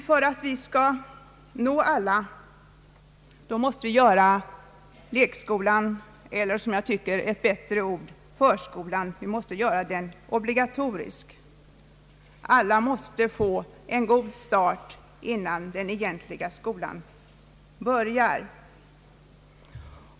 För att alla skall kunna nås måste vi göra lekskolan eller — vilket jag tycker är ett bättre ord — förskolan obligatorisk. Alla måste få en god start innan den egentliga skolan börjar.